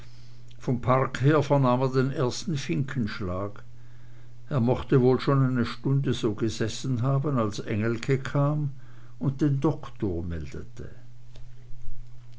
vom park her vernahm er den ersten finkenschlag er mochte wohl schon eine stunde so gesessen haben als engelke kam und den doktor meldete